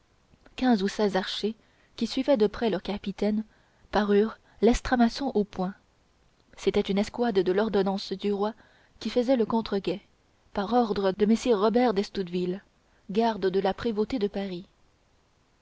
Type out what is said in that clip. quinze ou seize archers qui suivaient de près leur capitaine parurent l'estramaçon au poing c'était une escouade de l'ordonnance du roi qui faisait le contre guet par ordre de messire robert d'estouteville garde de la prévôté de paris